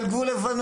על גבול לבנון,